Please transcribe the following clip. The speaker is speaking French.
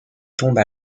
tombent